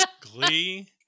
Glee